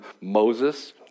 Moses